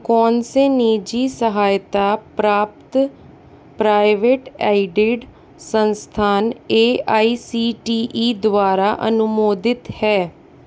कौन से निजी सहायता प्राप्त प्राइवेट एडिड संस्थान A I C T E द्वारा अनुमोदित हैं